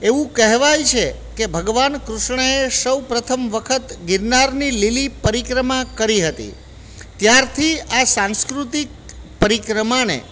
એવું કહેવાય છે કે ભગવાન કૃષ્ણ એ સૌપ્રથમ વખત ગિરનારની લીલી પરિક્રમા કરી હતી ત્યારથી આ સાંસ્કૃતિક પરિક્રમાને